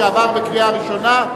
שעבר בקריאה ראשונה,